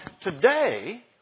today